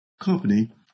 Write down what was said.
company